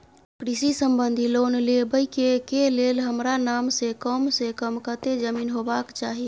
कृषि संबंधी लोन लेबै के के लेल हमरा नाम से कम से कम कत्ते जमीन होबाक चाही?